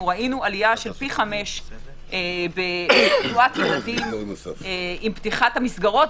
ראינו עלייה של פי חמישה בתחלואת ילדים עם פתיחת המסגרות,